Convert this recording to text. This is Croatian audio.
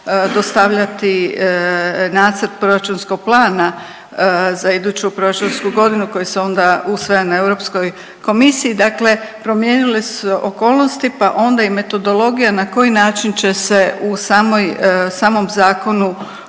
dostavljati nacrt proračunskog plana za iduću proračunsku godinu koji se onda usvaja na Europskoj komisiji, dakle promijenile su se okolnosti pa onda i metodologija na koji način će se u samoj u